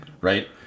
Right